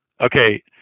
okay